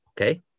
okay